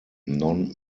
non